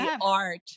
art